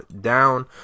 down